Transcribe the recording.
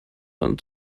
and